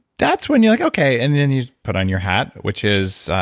that's when you're like, okay. and then you put on your hat which is,